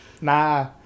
nah